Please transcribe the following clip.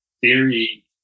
theory